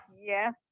Yes